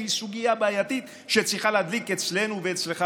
שהיא סוגיה בעייתית שצריכה להדליק אצלנו ואצלך,